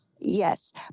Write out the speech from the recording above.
Yes